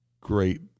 great